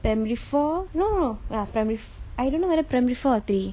primary four no no ya primary four~ I don't know whether primary four or three